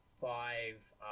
five